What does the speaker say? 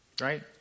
right